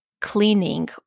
cleaning